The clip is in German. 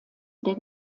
der